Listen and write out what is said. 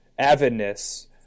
avidness